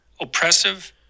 oppressive